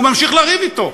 הוא ממשיך לריב אתו.